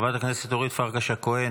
חברת הכנסת אורית פרקש הכהן,